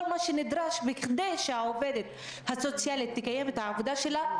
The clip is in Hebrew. כל מה שנדרש כדי שהעובדת הסוציאלית תקיים את העבודה שלה,